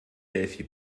delphi